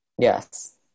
Yes